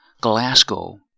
Glasgow